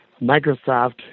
Microsoft